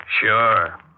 Sure